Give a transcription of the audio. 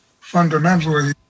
fundamentally